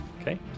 Okay